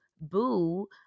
boo